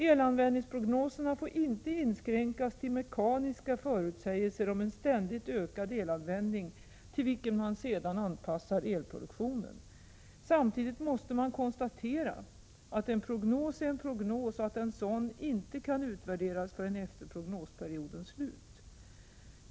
Elanvändningsprognoserna får inte inskränkas till mekaniska förutsägelser om en ständigt ökad elanvändning till vilken man sedan anpassar elproduktionen. Samtidigt måste man konstatera att en prognos är en prognos och att en sådan inte kan utvärderas förrän efter prognosperiodens slut.